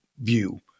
view